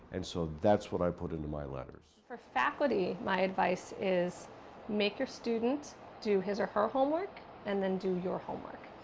and so that's what i put into my letters. for faculty, my advice is make your student do his or her homework and then do your homework.